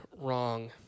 Wrong